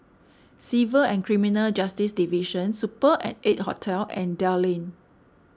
Civil and Criminal Justice Division Super at eight Hotel and Dell Lane